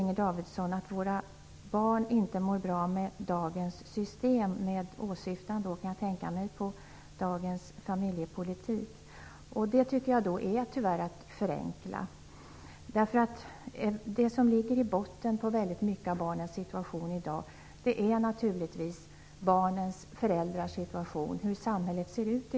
Inger Davidson sade att våra barn inte mår bra med dagens system. Jag kan tänka mig att hon åsyftade på dagens familjepolitik. Det är att förenkla, tycker jag. Det som ligger i botten på mycket av barnens situation i dag är naturligtvis deras föräldrars situation, hur samhället ser ut.